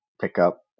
pickup